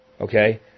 Okay